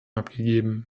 abgegeben